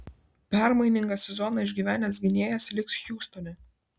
permainingą sezoną išgyvenęs gynėjas liks hjustone